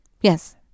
Yes